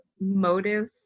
motive